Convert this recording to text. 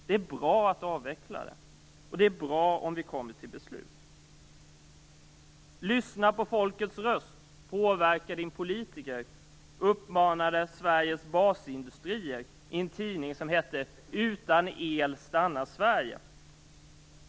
Det är bra att avveckla det, och det är bra att komma till beslut. "Lyssna på folkets röst. Påverka din politiker." Detta uppmanade Sveriges basindustrier i en tidning som heter Utan el stannar Sverige.